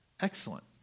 Excellent